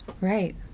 Right